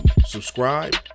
subscribe